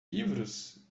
livros